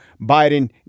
Biden